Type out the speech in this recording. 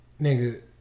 Nigga